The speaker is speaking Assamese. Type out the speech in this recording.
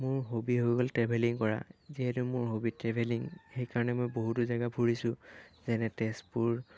মোৰ হবি হৈ গ'ল ট্ৰেভেলিং কৰা যিহেতু মোৰ হবি ট্ৰেভেলিং সেইকাৰণে মই বহুতো জেগা ফুৰিছোঁ যেনে তেজপুৰ